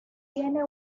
tiene